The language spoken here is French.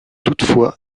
toutefois